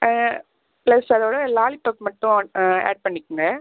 plus அதோட lollipop மட்டும் add பண்ணிக்கோங்க